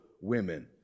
women